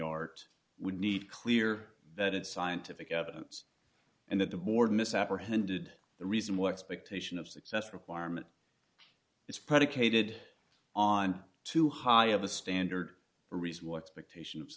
art would need clear that it's scientific evidence and that the board misapprehended the reason work spectating of success requirement is predicated on too high of a standard a reasonable expectation